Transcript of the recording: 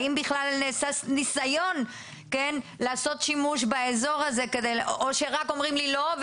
האם בכלל נעשה ניסיון לעשות שימוש באזור הזה או שרק אומרים לי: לא,